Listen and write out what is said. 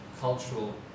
cultural